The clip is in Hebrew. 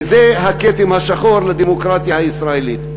וזה הכתם השחור על הדמוקרטיה הישראלית.